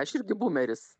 aš irgi būmeris